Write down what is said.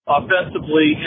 offensively